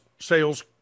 sales